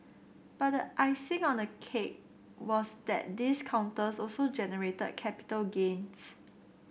but the icing on the cake was that these counters also generated capital gains